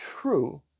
true